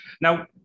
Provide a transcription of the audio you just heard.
Now